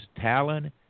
Talon